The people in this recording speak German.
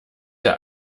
der